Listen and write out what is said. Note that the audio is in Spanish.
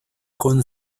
con